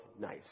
nice